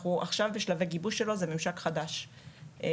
אנחנו עכשיו בשלבי גיבוש שלו וזה ממשק חדש שאנחנו